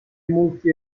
molti